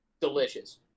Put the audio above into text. Delicious